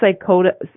psychotic